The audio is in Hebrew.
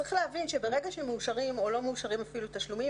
צריך להבין שברגע שמאושרים או לא מאושרים תשלומים,